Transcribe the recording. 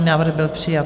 Návrh byl přijat.